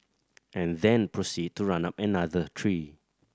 and then proceed to run up another tree